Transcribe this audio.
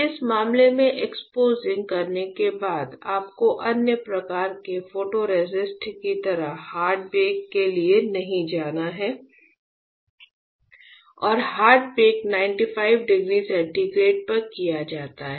इस मामले में एक्सपोसिंग करने के बाद आपको अन्य प्रकार के फोटोरेसिस्ट की तरह हार्ड बेक के लिए नहीं जाना है और हार्ड बेक 95 डिग्री सेंटीग्रेड पर किया जाता है